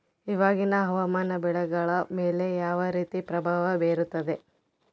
ಇವಾಗಿನ ಹವಾಮಾನ ಬೆಳೆಗಳ ಮೇಲೆ ಯಾವ ರೇತಿ ಪ್ರಭಾವ ಬೇರುತ್ತದೆ?